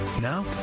Now